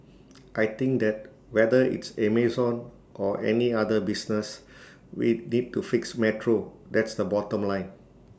I think that whether it's Amazon or any other business we need to fix metro that's the bottom line